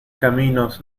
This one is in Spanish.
caminos